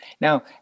Now